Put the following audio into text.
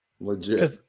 Legit